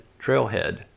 Trailhead